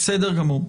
בסדר גמור.